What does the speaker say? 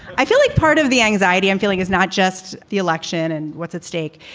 i feel like part of the anxiety i'm feeling is not just the election and what's at stake.